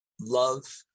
love